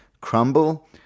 crumble